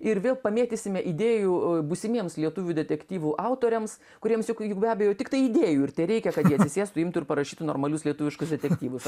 ir vėl pamėtysime idėjų būsimiems lietuvių detektyvų autoriams kuriems juk juk be abejo tiktai idėjų ir tereikia kad jie atsisėstų imtų ir parašytų normalius lietuviškus detektyvus